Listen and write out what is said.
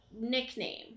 nickname